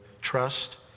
trust